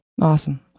awesome